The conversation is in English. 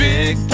Big